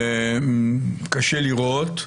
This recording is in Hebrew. קשה לראות,